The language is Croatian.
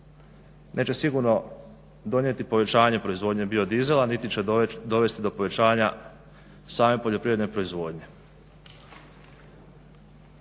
neće sigurno donijeti povećanje proizvodnje biodizela niti će dovesti do povećanja same poljoprivredne proizvodnje.